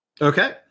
Okay